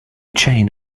chain